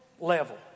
Level